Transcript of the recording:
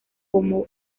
como